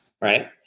right